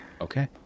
Okay